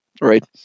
right